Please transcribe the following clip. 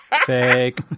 Fake